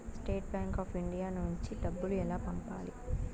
State Bank of India account నుంచి డబ్బులు ఎలా పంపాలి?